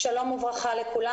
שלום וברכה לכולם.